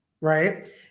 right